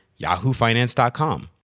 yahoofinance.com